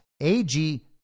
AG